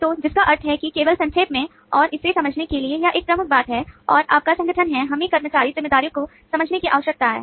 तो जिसका अर्थ है कि केवल संक्षेप में और इसे समझने के लिए यह एक प्रमुख बात है और आपका संगठन है हमें कर्मचारी जिम्मेदारियों को समझने की आवश्यकता है